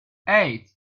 eight